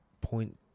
point